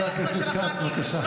חבר הכנסת כץ, בבקשה.